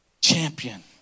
Champion